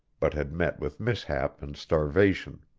but had met with mishap and starvation.